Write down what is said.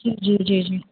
جی جی جی